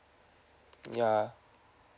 ya